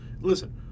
listen